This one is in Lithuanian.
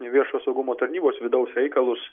viešojo saugumo tarnybos vidaus reikalus